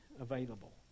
available